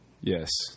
Yes